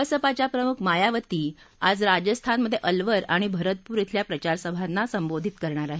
बसपाच्या प्रमुख मायावती आज राजस्थानमध्ये अल्वर आणि भरतपूर इथल्या प्रचारसभांना संबोधीत करणार आहेत